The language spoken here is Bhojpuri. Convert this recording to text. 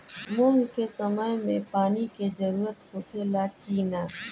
मूंग के समय मे पानी के जरूरत होखे ला कि ना?